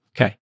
Okay